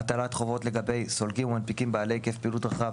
הטלת חובות לגבי סולקים ומנפיקים לגבי היקף פעילות רחב